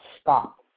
stop